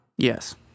Yes